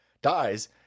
dies